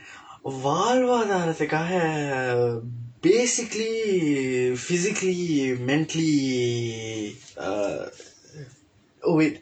வாழ் வாதாரத்திற்காக:vaazh vaathaaraththirkaaka basically physically mentally uh oh wait